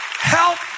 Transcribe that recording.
Help